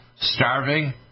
starving